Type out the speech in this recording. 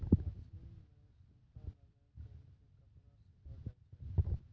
machine मे सूता लगाय करी के कपड़ा सिलो जाय छै